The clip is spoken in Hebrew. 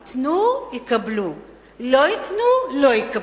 ייתנו, יקבלו, לא ייתנו, לא יקבלו.